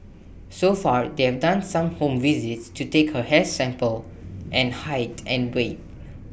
so far they are done some home visits to take her hair sample and height and weight